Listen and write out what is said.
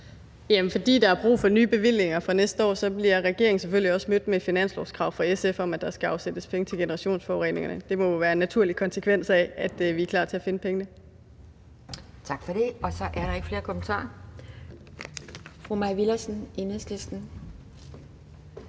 Fordi der er brug for nye bevillinger fra næste år, bliver regeringen selvfølgelig også mødt med et finanslovkrav fra SF om, at der skal afsættes penge til generationsforureningerne. Det må jo være en naturlig konsekvens af, at vi er klar til at finde pengene. Kl. 11:51 Anden næstformand